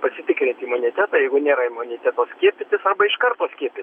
pasitikrinti imunitetą jeigu nėra imuniteto skiepytis arba iš karto skiepytis